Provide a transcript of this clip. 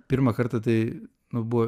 pirmą kartą tai nu buvo